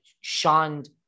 shunned